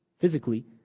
physically